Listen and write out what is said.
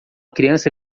criança